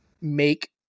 make